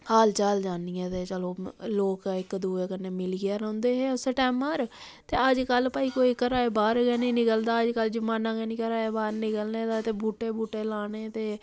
हाल चाल जान्नियै ते चलो लोक इक दुए नै मिलियै रौंह्दे हे उस टैमा पर ते अजकल्ल भाई कोई घरा दे बाह्र गै निं निकलदा अजकल्ल जमान्ना गै निं घरै दै बाह्र निकलने दा ते बूह्टे बूह्टे लाने ते